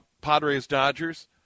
Padres-Dodgers